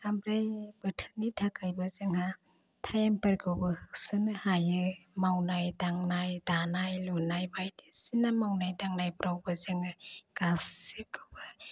ओमफ्राय बोथोरनि थाखाइबो जोंहा थाइमफोरखौबो होसोनो हायो मावनाय दांनाय दानाय लुनाय बायदिसिना मावनाय दांनायफ्रावबो जोङो गासिबखौबो